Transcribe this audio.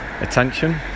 attention